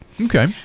Okay